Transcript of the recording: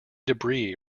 debris